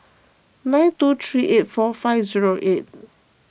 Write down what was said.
nine two three eight four five zero eight